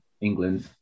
England